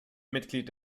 mitglied